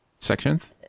sections